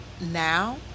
Now